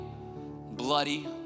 bloody